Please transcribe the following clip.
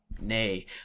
Nay